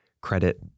credit